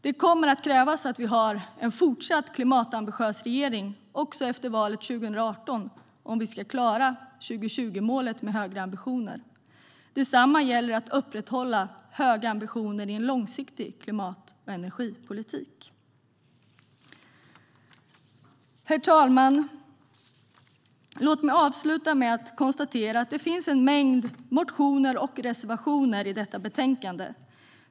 Det kommer att krävas en klimatambitiös regering även efter valet 2018 om vi ska klara 2020-målet med högre ambitioner. Detsamma gäller för att upprätthålla höga ambitioner i en långsiktig klimat och energipolitik. Herr talman! Låt mig avsluta med att konstatera att det finns en mängd motioner och reservationer i detta betänkande.